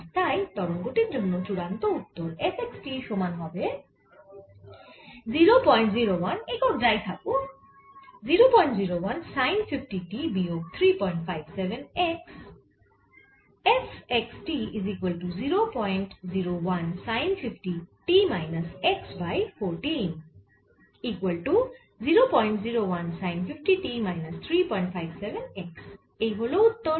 আর তাই তরঙ্গটির জন্য চুড়ান্ত উত্তর f x t সমান হবে 001 একক যাই থাকুক সাইন 50 t বিয়োগ 357 x এই হল উত্তর